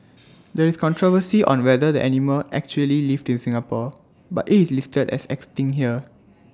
there is controversy on whether the animal actually lived in Singapore but IT is listed as extinct here